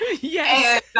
Yes